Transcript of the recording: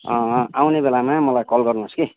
आउने बेलामा मलाई कल गर्नुहोस् कि